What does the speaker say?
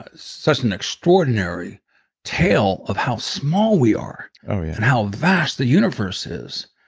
ah such an extraordinary tale of how small we are are yeah and how vast the universe is.